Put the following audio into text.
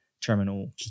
terminal